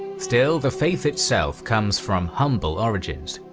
still, the faith itself comes from humble origins.